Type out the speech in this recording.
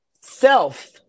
self